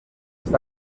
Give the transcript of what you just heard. este